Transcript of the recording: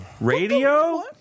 Radio